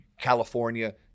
California